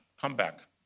comeback